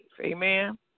Amen